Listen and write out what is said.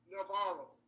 Navarro